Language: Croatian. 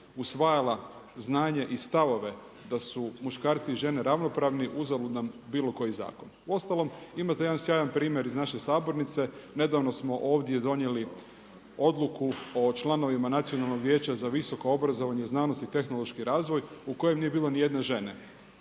usvajala znanje i stavove da su muškarci i žene ravnopravni, uzalud nam bilo koji zakon. Uostalom, imate jedan sjajan primjer iz naše sabornice, nedavno smo ovdje donijeli odluku o članovima Nacionalnog vijeća za visoko obrazovanje, znanost i tehnološki razvoj u kojem nije bilo nijedne žene,